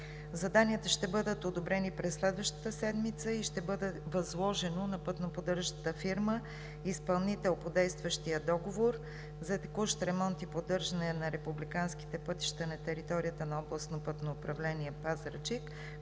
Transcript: Заданията ще бъдат одобрени през следващата седмица и ще бъде възложено на пътноподдържащата фирма изпълнител по действащия договор за текущ ремонт и поддържане на републиканските пътища на територията на Областно пътно управление – Пазарджик,